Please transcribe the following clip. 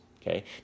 Okay